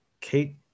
kate